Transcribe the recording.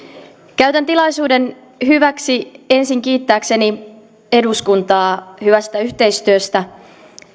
käytän tilaisuuden hyväkseni ensin kiittääkseni eduskuntaa hyvästä yhteistyöstä